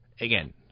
Again